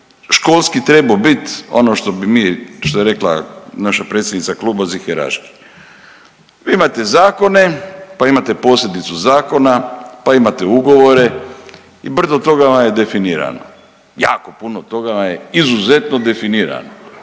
školski trebao biti ono što bi mi, što je rekla naša predsjednica kluba ziheraški. Vi imate zakone, pa imate posljedicu zakona, pa imate ugovore i brdo toga vam je definirano. Jako puno toga vam je izuzetno definirano